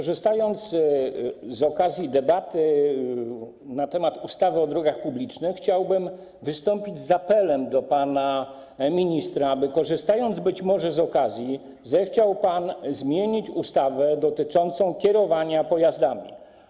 W związku z debatą na temat ustawy o drogach publicznych chciałbym wystąpić z apelem do pana ministra, aby być może, korzystając z okazji, zechciał pan zmienić ustawę dotyczącą kierowania pojazdami.